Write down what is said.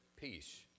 peace